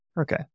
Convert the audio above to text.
Okay